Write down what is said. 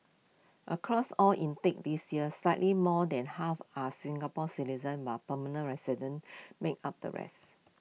across all intakes this year slightly more than half are Singapore citizens while permanent residents make up the rest